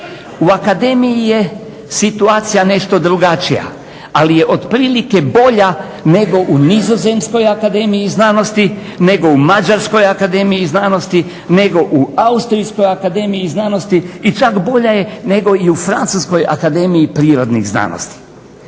U akademiji je situacija nešto drugačija ali je otprilike bolja nego u Nizozemskoj akademiji znanosti, nego u Mađarskoj akademiji znanosti, nego u Austrijskoj akademiji znanosti i čak bolja je nego i u Francuskoj akademiji prirodnih znanosti.